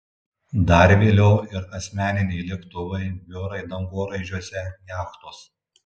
dar vėliau ir asmeniniai lėktuvai biurai dangoraižiuose jachtos